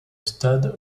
stade